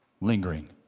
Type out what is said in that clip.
lingering